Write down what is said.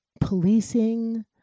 policing